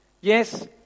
yes